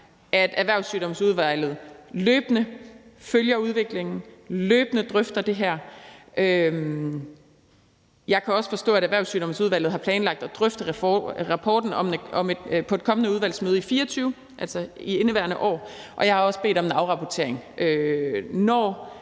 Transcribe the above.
at Erhvervssygdomsudvalget løbende følger udviklingen, og at de løbende drøfter det her. Jeg kan også forstå, at Erhvervssygdomsudvalget har planlagt at drøfte rapporten på et kommende udvalgsmøde i 2024, altså i indeværende år, og jeg har også bedt om at få en afrapportering, når